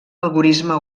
algorisme